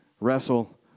wrestle